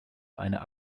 einer